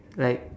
like